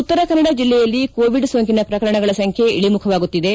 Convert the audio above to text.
ಉತ್ತರ ಕನ್ನಡ ಜಿಲ್ಲೆಯಲ್ಲಿ ಕೊವಿಡ್ ಸೋಂಕಿನ ಪ್ರಕರಣಗಳ ಸಂಖ್ಯೆ ಇಳಿಮುಖವಾಗುತ್ತಿದೆ